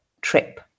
trip